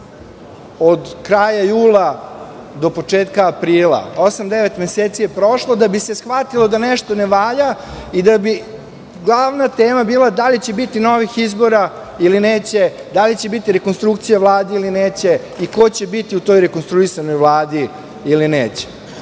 Od kraja jula do početka aprila je prošlo osam, devet meseci, da bi se shvatilo da nešto ne valja i da bi glavna tema bila da li će biti novih izbora ili neće, da li će biti rekonstrukcija Vlade ili neće i ko će biti u toj rekonstruisanoj Vladi ili neće.